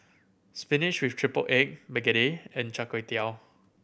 spinach with triple egg begedil and Char Kway Teow